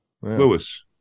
Lewis